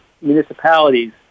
municipalities